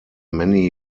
many